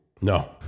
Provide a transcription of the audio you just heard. No